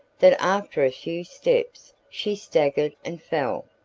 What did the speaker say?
that after a few steps she staggered and fell.